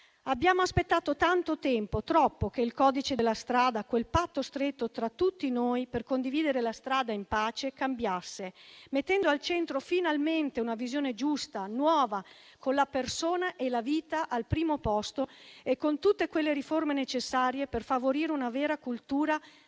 Abbiamo aspettato tanto tempo, troppo, che il codice della strada, quel patto stretto tra tutti noi per condividere la strada in pace, cambiasse, mettendo al centro finalmente una visione giusta, nuova, con la persona e la vita al primo posto e con tutte quelle riforme necessarie per favorire una vera cultura della